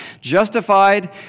justified